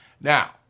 Now